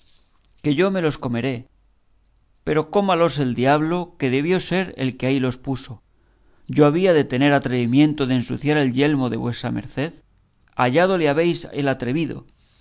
que yo me los comeré pero cómalos el diablo que debió de ser el que ahí los puso yo había de tener atrevimiento de ensuciar el yelmo de vuesa merced hallado le habéis el atrevido